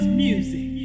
music